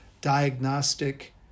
diagnostic